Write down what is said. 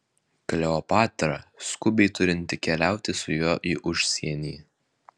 kleopatra skubiai turinti keliauti su juo į užsienį